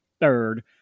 third